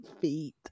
feet